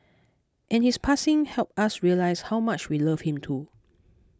and his passing helped us realise how much we loved him too